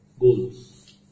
goals